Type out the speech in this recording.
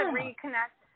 reconnect